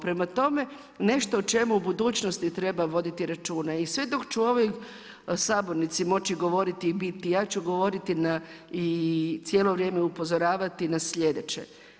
Prema tome, nešto o čemu u budućnosti treba voditi računa, i sve dok ću u ovoj sabornici moći govoriti i bit, ja ću govoriti i cijelo vrijeme upozoravati na slijedeće.